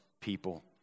people